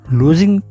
losing